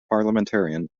parliamentarian